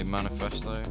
Manifesto